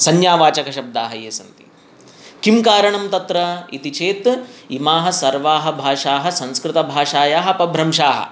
संज्ञावाचकशब्दाः ये सन्ति किं कारणं तत्र इति चेत् इमाः सर्वाः भाषाः संस्कृतभाषायाः अपभ्रंशाः